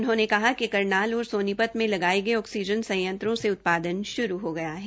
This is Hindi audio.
उन्होंने कहा कि करनाल और सोनीपत में लगाये गये ऑक्सीजन संयंत्रों से उत्पादन श्रू हो गया है